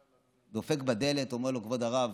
דפק בדלת, אמר לו: כבוד הרב,